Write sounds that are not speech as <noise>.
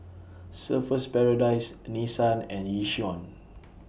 Surfer's Paradise Nissan and Yishion <noise>